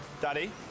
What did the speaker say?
daddy